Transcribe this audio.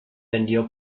vendió